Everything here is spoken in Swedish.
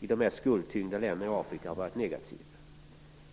i de mest skuldtyngda länderna i Afrika har varit negativ.